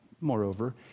moreover